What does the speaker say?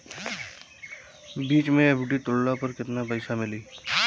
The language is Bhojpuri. बीच मे एफ.डी तुड़ला पर केतना पईसा मिली?